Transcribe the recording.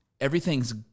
everything's